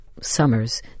summers